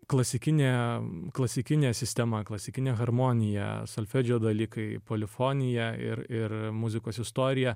klasikinė klasikinė sistema klasikinė harmonija solfedžio dalykai polifonija ir ir muzikos istorija